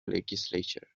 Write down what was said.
legislature